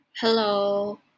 Hello